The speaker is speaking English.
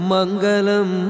Mangalam